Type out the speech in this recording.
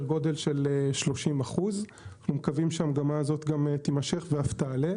גודל של 30%. אנחנו מקווים שהמגמה הזו תימשך ואף תעלה.